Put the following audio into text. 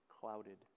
clouded